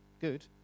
good